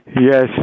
Yes